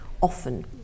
often